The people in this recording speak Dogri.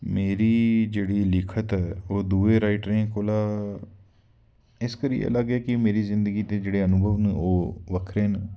मेरी जेह्ड़ी लिखत ओह् दुए राईटरें कोला इस करियै अलग ऐ कि मेरी जिन्दगी दे जेह्ड़े अनुभव न ओह् बक्खरे न